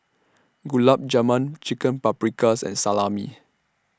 Gulab Jamun Chicken Paprikas and Salami